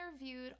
interviewed